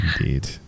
indeed